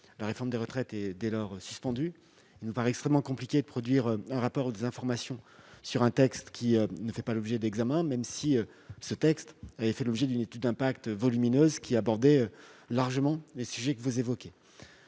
la réforme des retraites a été suspendue. Il nous paraît extrêmement compliqué de produire des informations sur un texte qui ne fait pas l'objet d'un examen parlementaire, même s'il avait fait l'objet d'une étude d'impact volumineuse qui abordait largement les sujets que vous évoquez.